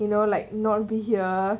you know like not be here